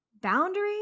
boundary